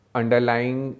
underlying